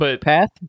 path